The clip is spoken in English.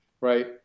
right